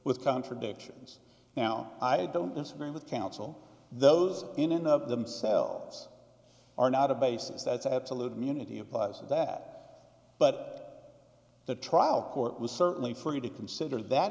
with contradictions now i don't disagree with counsel those in and of themselves are not a basis that's absolute immunity applies and that but the trial court was certainly free to consider that